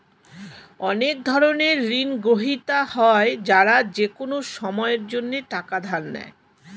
অনেক ধরনের ঋণগ্রহীতা হয় যারা যেকোনো সময়ের জন্যে টাকা ধার নেয়